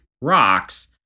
rocks